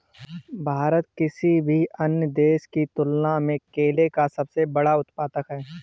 भारत किसी भी अन्य देश की तुलना में केले का सबसे बड़ा उत्पादक है